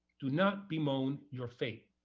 do not bemoan your fate.